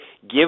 Give